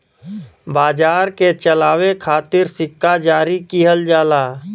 बाजार के चलावे खातिर सिक्का जारी किहल जाला